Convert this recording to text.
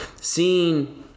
seeing